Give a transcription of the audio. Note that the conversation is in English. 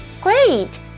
great